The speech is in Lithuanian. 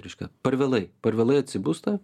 reiškia per vėlai per vėlai atsibusta